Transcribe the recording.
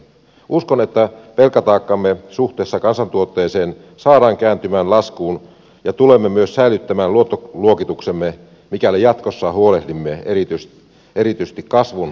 uskon että velkataakkamme suhteessa kansantuotteeseen saadaan kääntymään laskuun ja tulemme myös säilyttämään luottoluokituksemme mikäli jatkossa huolehdimme erityisesti kasvun edellytyksistä